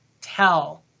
tell